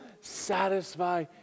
satisfy